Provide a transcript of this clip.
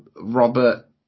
Robert